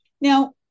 Now